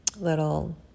little